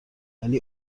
ولی